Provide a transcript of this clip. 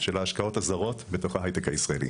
של ההשקעות הזרות בתוך ההייטק הישראלי.